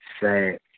sad